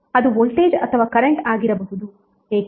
ಅದು ವೋಲ್ಟೇಜ್ ಅಥವಾ ಕರೆಂಟ್ ಆಗಿರಬಹುದು ಏಕೆ